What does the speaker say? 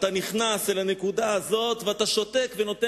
אתה נכנס אל הנקודה הזאת ואתה שותק ונותן